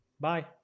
bye